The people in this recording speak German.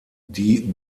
die